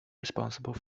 responsible